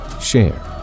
share